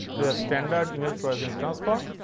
a standard image processing transform.